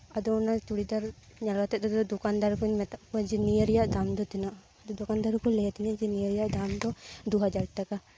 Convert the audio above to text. ᱟᱫᱚ ᱚᱱᱟ ᱪᱩᱲᱤᱫᱟᱨ ᱧᱮᱞ ᱠᱟᱛᱮᱫ ᱫᱚ ᱫᱚᱠᱟᱱ ᱫᱟᱨ ᱫᱚᱧ ᱢᱮᱛᱟᱜ ᱠᱚᱣᱟ ᱡᱮ ᱱᱤᱭᱟᱹ ᱨᱮᱱᱟᱜ ᱫᱟᱢ ᱫᱚ ᱛᱤᱱᱟᱹᱜ ᱟᱫᱚ ᱫᱚᱠᱟᱱ ᱫᱟᱨ ᱫᱚᱠᱚ ᱞᱟᱹᱭ ᱟᱹᱫᱤᱧᱟ ᱡᱮ ᱱᱤᱭᱟᱹᱨᱮᱭᱟᱜ ᱫᱟᱢ ᱫᱚ ᱫᱩ ᱦᱟᱡᱟᱨ ᱴᱟᱠᱟ